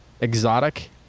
exotic